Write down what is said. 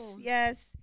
yes